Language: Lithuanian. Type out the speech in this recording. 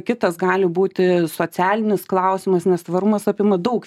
kitas gali būti socialinis klausimas nes tvarumas apima daug